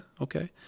okay